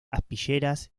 aspilleras